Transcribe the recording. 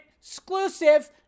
exclusive